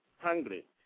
hungry